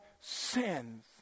sins